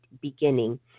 beginning